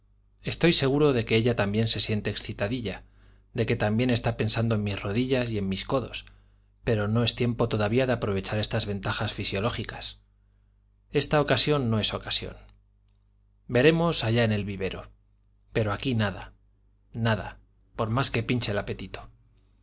estoy seguro de que ella también se siente excitadilla de que también está pensando en mis rodillas y en mis codos pero no es tiempo todavía de aprovechar estas ventajas fisiológicas esta ocasión no es ocasión veremos allá en el vivero pero aquí nada nada por más que pinche el apetito